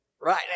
right